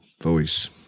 voice